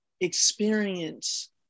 experience